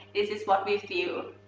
this is what we feel.